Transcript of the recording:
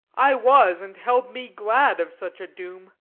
i was, and held me glad of such a doom.